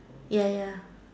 ya ya